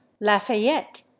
Lafayette